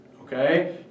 okay